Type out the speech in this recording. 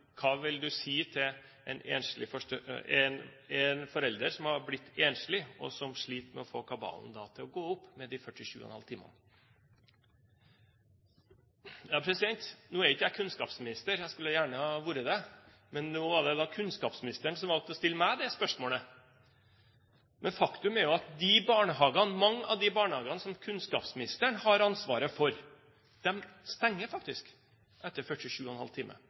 Hva vil du si til en forelder som har blitt enslig, og som sliter med å få kabalen til å gå opp med de 47,5 timene? Nå er ikke jeg kunnskapsminister. Jeg skulle gjerne vært det. Men nå var det kunnskapsministeren som valgte å stille meg det spørsmålet. Faktum er at mange av de barnehagene som kunnskapsministeren har ansvaret for, stenger faktisk etter 47,5